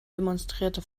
demonstrierte